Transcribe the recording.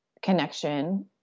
connection